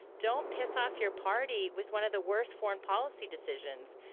don't piss off your party with one of the worst foreign policy decisions.